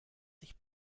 sich